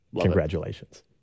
Congratulations